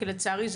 כי לצערי,